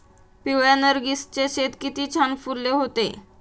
पिवळ्या नर्गिसचे शेत किती छान फुलले होते